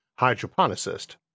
Hydroponicist